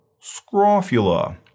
scrofula